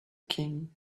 king